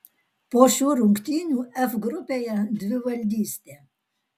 po šių rungtynių f grupėje dvivaldystė